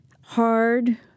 hard